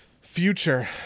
Future